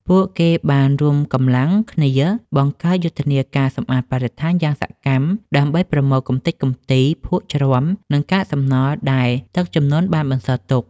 ពួកគេបានរួមកម្លាំងគ្នាបង្កើតយុទ្ធនាការសម្អាតបរិស្ថានយ៉ាងសកម្ម ដើម្បីប្រមូលកម្ទេចកម្ទី ភក់ជ្រាំ និងកាកសំណល់ដែលទឹកជំនន់បានបន្សល់ទុក។